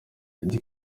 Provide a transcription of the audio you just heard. eddy